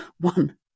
one